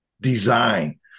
design